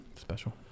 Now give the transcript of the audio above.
special